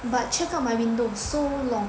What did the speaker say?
but check out my window so long